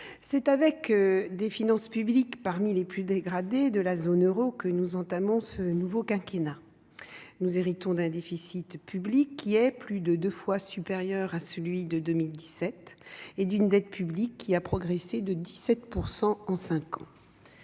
c'est avec des finances publiques parmi les plus dégradées de la zone euro que nous entamons ce nouveau quinquennat. Nous héritons d'un déficit public plus de deux fois supérieur à celui de 2017 et d'une dette publique qui a progressé de 17 % en cinq ans.